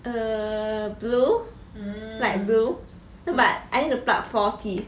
err blue light blue but I need to pluck four teeth